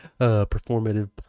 Performative